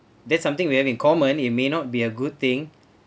that's something we have in common it may not be a good thing